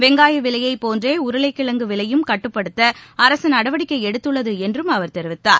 வெங்காயவிலையபோன்றேஉருளைக்கிழங்கு விலையும் கட்டுப்படுத்தஅரசுநடவடிக்கைஎடுத்துள்ளதுஎன்றும் அவர் கூறினார்